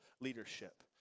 leadership